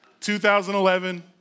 2011